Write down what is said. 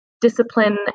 discipline